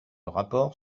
rapport